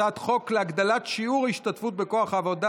הצעת חוק להגדלת שיעור ההשתתפות בכוח העבודה